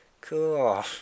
Cool